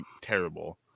terrible